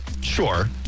Sure